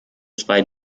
zwei